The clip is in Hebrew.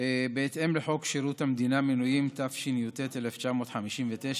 בהתאם לחוק שירות המדינה (מינויים), התשי"ט 1959,